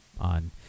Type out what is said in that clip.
on